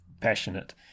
passionate